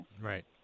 Right